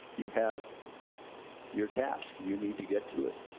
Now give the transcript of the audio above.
you have your task. you need to get to it.